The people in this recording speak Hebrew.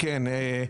כן,